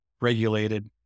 regulated